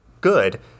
good